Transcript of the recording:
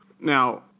Now